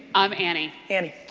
i'm annie. annie.